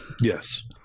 Yes